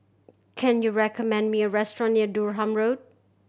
can you recommend me a restaurant near Durham Road